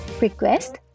request